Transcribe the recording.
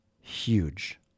huge